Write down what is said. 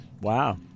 Wow